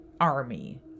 army